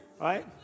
Right